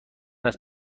است